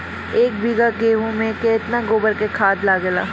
एक बीगहा गेहूं में केतना गोबर के खाद लागेला?